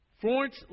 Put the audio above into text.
Florence